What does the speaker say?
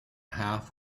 half